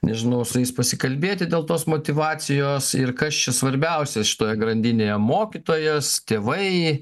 nežinau su jais pasikalbėti dėl tos motyvacijos ir kas čia svarbiausia šitoje grandinėje mokytojas tėvai